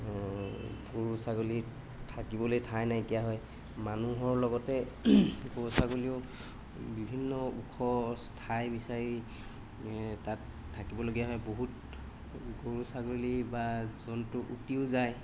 গৰু ছাগলী থাকিবলৈ ঠাই নাইকীয়া হয় মানুহৰ লগতে গৰু ছাগলীও বিভিন্ন ওখ ঠাই বিচাৰি তাত থাকিবলগীয়া হয় বহুত গৰু ছাগলী বা জন্তু উটিও যায়